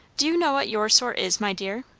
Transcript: do you know what your sort is, my dear?